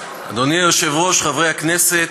אדוני היושב-ראש, חברי הכנסת,